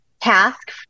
task